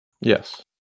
Yes